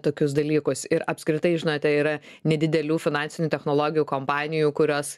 tokius dalykus ir apskritai žinote yra nedidelių finansinių technologijų kompanijų kurios